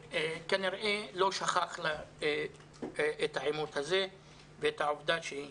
שכנראה לא שכח לה את העימות הזה ואת העובדה שהיא